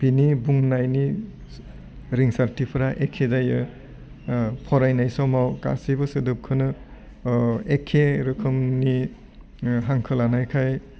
बिनि बुंनायनि रिंसारथिफ्रा एखे जायो फरायनाय समाव गासैबो सोदोबखौनो एखे रोखोमनि हांखो लानायखाय